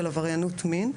של עבריינות מין,